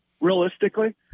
realistically